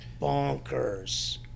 Bonkers